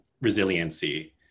resiliency